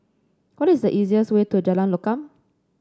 what is the easiest way to Jalan Lokam